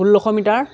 ষোল্লশ মিটাৰ